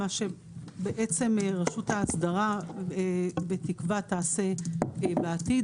מה שבעצם רשות האסדרה בתקווה תעשה בעתיד,